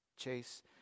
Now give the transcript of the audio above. chase